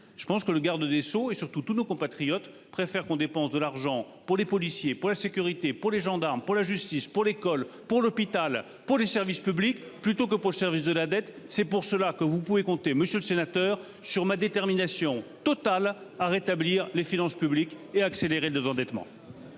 je pense que le garde des Sceaux et surtout tous nos compatriotes préfèrent qu'on dépense de l'argent pour les policiers pour la sécurité pour les gendarmes pour la justice pour l'école pour l'hôpital pour les services publics plutôt que pour le service de la dette. C'est pour cela que vous pouvez compter monsieur le sénateur sur ma détermination totale à rétablir les finances publiques et accélérer le désendettement.